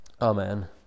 Amen